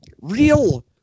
real